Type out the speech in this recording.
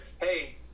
hey